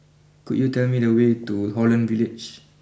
could you tell me the way to Holland Village